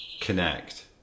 connect